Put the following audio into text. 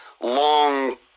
long